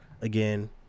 Again